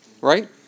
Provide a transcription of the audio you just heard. Right